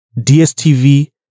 DSTV